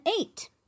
eight